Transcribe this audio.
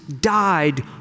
died